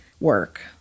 work